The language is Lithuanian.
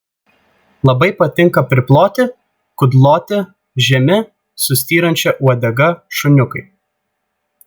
labai patinka priploti kudloti žemi su styrančia uodega šuniukai